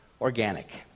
organic